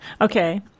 Okay